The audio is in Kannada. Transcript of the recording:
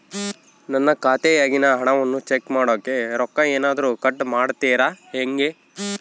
ನನ್ನ ಖಾತೆಯಾಗಿನ ಹಣವನ್ನು ಚೆಕ್ ಮಾಡೋಕೆ ರೊಕ್ಕ ಏನಾದರೂ ಕಟ್ ಮಾಡುತ್ತೇರಾ ಹೆಂಗೆ?